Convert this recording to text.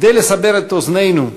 כדי לסבר את אוזננו,